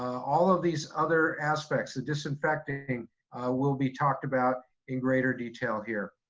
all of these other aspects, the disinfecting will be talked about in greater detail here.